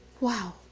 wow